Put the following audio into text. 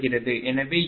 எனவே இது 0